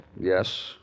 Yes